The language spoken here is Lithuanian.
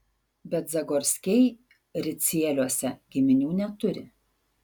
bet zagorskiai ricieliuose giminių neturi